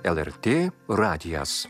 lrt radijas